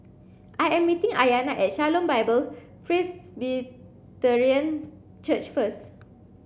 I am meeting Ayana at Shalom Bible Presbyterian Church first